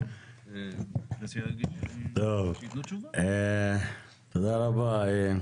תודה רבה.